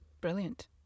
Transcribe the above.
brilliant